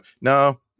no